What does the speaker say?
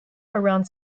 around